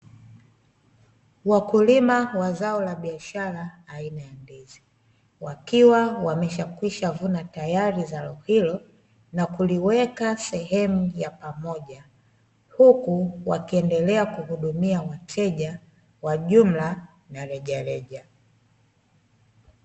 Wakulima wa zao la biashara aina ya ndizi, wakiwa wameshakwishavuna tayari zao hilo na kuliweka sehemu ya pamoja, huku wakiendelea kuhudumia wateja, wa jumla na reja reja.